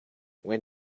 when